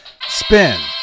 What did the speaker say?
Spin